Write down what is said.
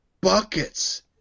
buckets